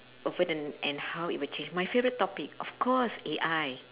over the and how it will change my favourite topic of course A_I